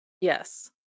yes